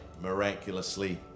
miraculously